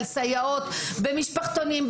על סייעות במשפחתונים,